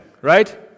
right